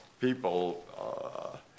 people